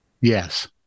yes